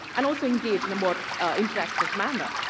and also engage in a more interactive manner.